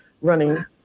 running